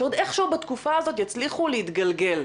שעוד איכשהו בתקופה הזאת יצליחו להתגלגל.